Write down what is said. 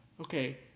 Okay